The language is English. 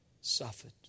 suffered